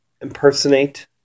impersonate